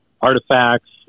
artifacts